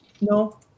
No